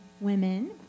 women